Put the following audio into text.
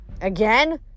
Again